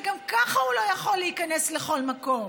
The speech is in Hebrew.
וגם ככה הוא לא יכול להיכנס לכל מקום,